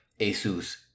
ASUS